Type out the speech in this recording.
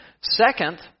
Second